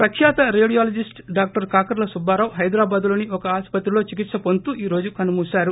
ప్రఖ్యాత radiologist doctor Kakarla Subbarao Hyderabad లోని ఒక ఆసుపత్రిలో చికిత్స పొందుతూ ఈ రోజు కన్ను మూసారు